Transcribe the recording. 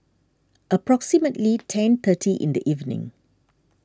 approximately ten thirty in the evening